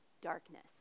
darkness